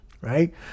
Right